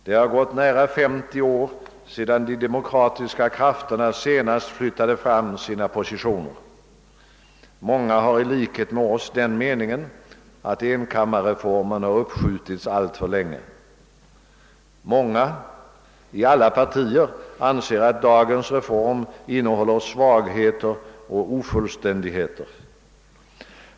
Det har gått nära 50 år sedan de demokratiska krafterna senast flyttade fram sina positioner. Många har i likhet med oss ansett att enkammarreformen har uppskjutits alltför länge. Många inom alla partier anser att dagens reform innehåller svagheter och ofullständigheter.